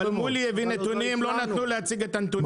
שמואל הביא נתונים, לא נתנו לו להציג אותם.